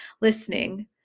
listening